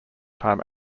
time